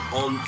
on